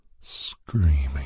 screaming